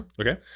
Okay